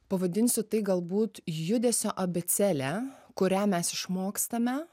pavadinsiu tai galbūt judesio abėcėle kurią mes išmokstame